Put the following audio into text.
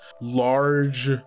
large